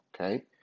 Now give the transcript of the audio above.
Okay